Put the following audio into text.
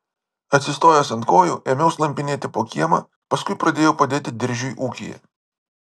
atsistojęs ant kojų ėmiau slampinėti po kiemą paskui pradėjau padėti diržiui ūkyje